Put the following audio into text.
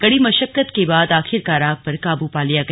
कड़ी मशक्कत के बाद आखिरकार आग पर काबू पा लिया गया